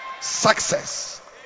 Success